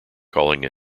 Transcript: calling